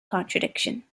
contradiction